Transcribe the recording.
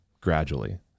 gradually